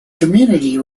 community